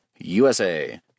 USA